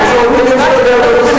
יש עוד מלים שאתה יודע ברוסית?